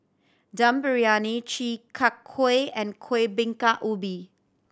Dum Briyani Chi Kak Kuih and Kuih Bingka Ubi